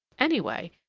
anyway,